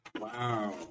Wow